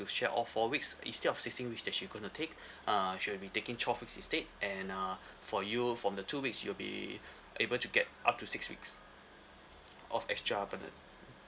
to share all four weeks instead of sixteen weeks that she gonna take uh she'll be taking twelve weeks instead and uh for you from the two weeks you'll be able to get up to six weeks of extra